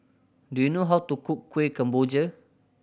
do you know how to cook Kuih Kemboja